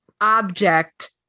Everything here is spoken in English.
object